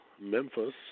Memphis